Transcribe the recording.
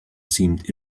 seemed